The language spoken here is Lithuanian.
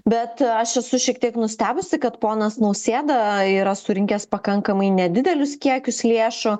bet aš esu šiek tiek nustebusi kad ponas nausėda yra surinkęs pakankamai nedidelius kiekius lėšų